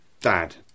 Dad